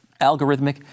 algorithmic